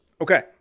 Okay